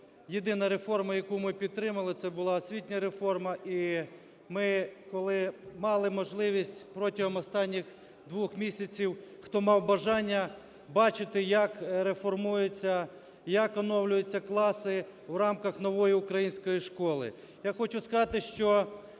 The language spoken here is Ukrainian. єдина реформа, яку ми підтримали – це була освітня реформа. І ми, коли мали можливість протягом останніх двох місяців, хто мав бажання бачити як реформується, як оновлюються класи в рамках нової української школи. Я хочу сказати, що